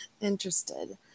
interested